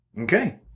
Okay